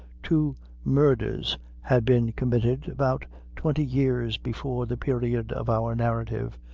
two murders had been committed about twenty years before the period of our narrative,